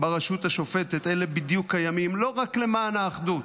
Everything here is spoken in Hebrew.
ברשות השופטת אלה בדיוק הימים, לא רק למען האחדות,